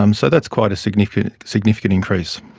um so that's quite a significant significant increase.